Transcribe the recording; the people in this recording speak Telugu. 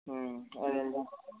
అదేగా